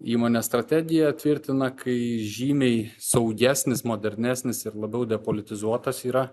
įmonės strategiją tvirtina kai žymiai saugesnis modernesnis ir labiau depolitizuotas yra